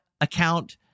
account